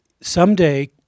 someday